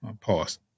pause